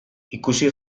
ikusi